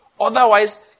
Otherwise